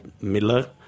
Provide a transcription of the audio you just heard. miller